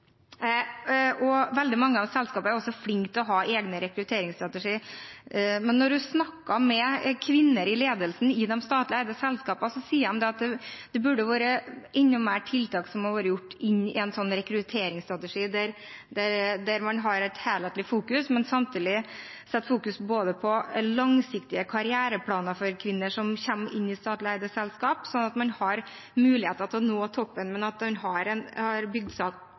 Veldig mange av selskapene er flinke til å ha egne rekrutteringsstrategier. Men når man snakker med kvinner i ledelsen i de statlig eide selskapene, sier de at det burde vært satt inn enda flere tiltak i en slik rekrutteringsstrategi, der man har et helhetlig fokus, men at man samtidig setter søkelys på langsiktige karriereplaner for kvinner som kommer inn i statlig eide selskaper, sånn at man har muligheter til å nå toppen – at man har bygd seg opp en